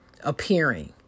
appearing